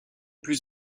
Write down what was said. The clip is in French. plus